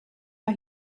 mae